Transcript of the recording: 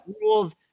rules